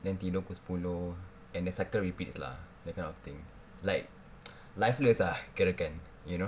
then tidur pukul sepuluh and the cycles repeat lah that kind of thing like lifeless ah kirakan you know